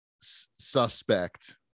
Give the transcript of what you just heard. suspect